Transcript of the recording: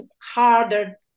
harder